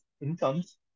incomes